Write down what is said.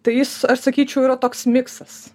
tai jis aš sakyčiau yra toks miksas